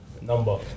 number